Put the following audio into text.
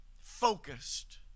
focused